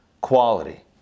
quality